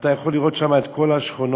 אתה יכול לראות שם את כל השכונות,